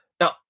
Now